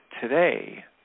today